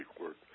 work